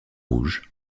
rouges